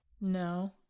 No